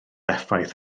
effaith